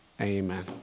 Amen